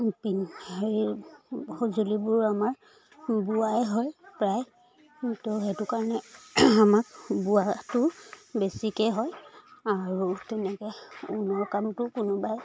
পিন্ধি সঁজুলিবোৰো আমাৰ বোৱাই হয় প্ৰায় তো সেইটো কাৰণে আমাৰ বোৱাটো বেছিকৈ হয় আৰু তেনেকৈ ঊণৰ কামটো কোনোবাই